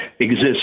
exists